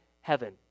heaven